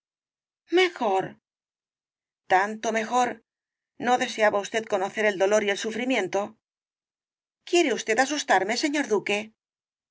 mejor tanto mejor no deseaba usted conocer el dolor y el sufrimiento quiere usted asustarme señor duque